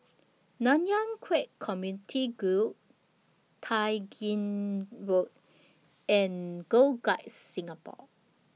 Nanyang Khek Community Guild Tai Gin Road and Girl Guides Singapore